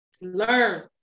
learn